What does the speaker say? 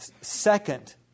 second